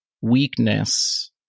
weakness